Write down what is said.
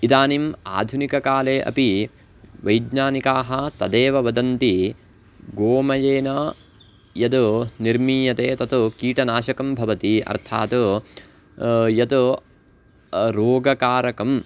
इदानीम् आधुनिककाले अपि वैज्ञानिकाः तदेव वदन्ति गोमयेन यद् निर्मीयते तत् कीटनाशकं भवति अर्थात् यत् रोगकारकं